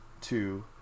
two